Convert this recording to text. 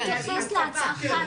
אני אתייחס להצרחה.